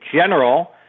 general